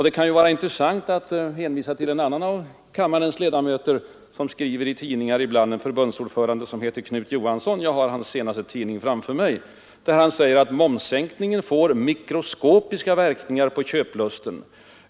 Det kan vara intressant att hänvisa till en annan av kammarens ledamöter som skriver ibland i tidningar, nämligen förbundsordförande Knut Johansson. Jag har det senaste numret av hans tidning Byggnadsarbetaren framför mig. Han säger där: ”Momssänkningen får ——— högst mikroskopiska verkningar på köplusten ———.